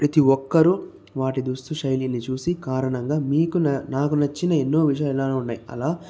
ప్రతి ఒక్కరూ వాటి దుస్తు శైలిని చూసి కారణంగా మీకు నాకు నచ్చిన ఎన్నో విషయాలు ఉన్నాయి అలా